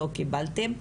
לא קיבלתם,